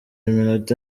iminota